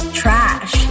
trash